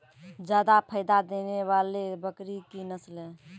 जादा फायदा देने वाले बकरी की नसले?